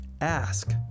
ask